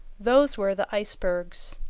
those were the icebergs.